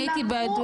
אני הייתי בעדויות.